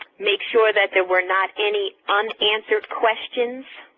make sure that there were not any unanswered questions.